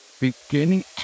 Beginning